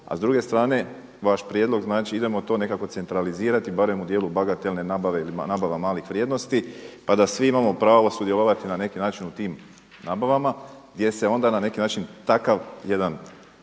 a s druge strane vaš prijedlog idemo to nekako centralizirati barem u dijelu bagatelne nabave ili nabava malih vrijednosti pa da svi imamo pravo sudjelovati na neki način u tim nabavama gdje se onda na neki način takav jedan